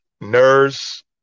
nurse